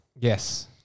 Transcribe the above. Yes